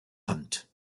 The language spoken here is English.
hunt